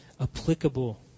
applicable